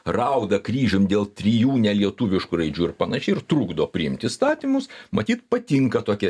rauda kryžium dėl trijų nelietuviškų raidžių ir panašiai ir trukdo priimt įstatymus matyt patinka tokia